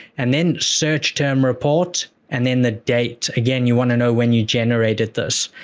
and then, search term report, and then the date. again, you wanna know when you generated this.